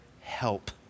help